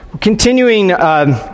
Continuing